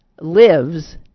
lives